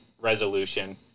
resolution